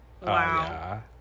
wow